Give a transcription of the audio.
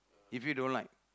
if you don't like